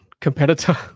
competitor